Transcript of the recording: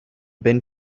been